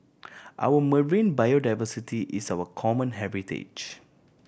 our marine biodiversity is our common heritage